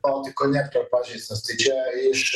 balticconnector pažeistas tai čia iš